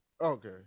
okay